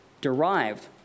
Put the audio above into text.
derived